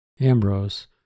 Ambrose